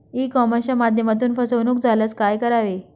E कॉमर्सच्या माध्यमातून फसवणूक झाल्यास काय करावे?